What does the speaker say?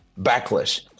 Backlash